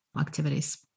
activities